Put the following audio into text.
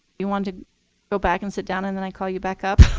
you want to go back and sit down and then i call you back up?